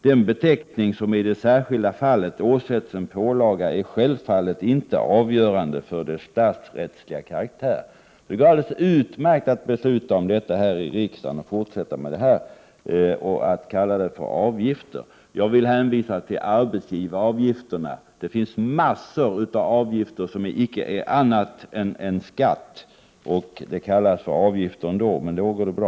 Den beteckning som i det särskilda fallet åsätts en pålaga är självfallet inte avgörande för dess statsrättsliga karaktär.” Det går alldeles utmärkt att besluta om pålagor här i riksdagen och kalla dem för avgifter. Jag vill hänvisa till arbetsgivaravgifterna. Det finns mängder av avgifter som icke är något annat än skatter men kallas för avgifter, och i de fallen går det bra.